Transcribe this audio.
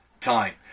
time